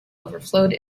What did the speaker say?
overflowed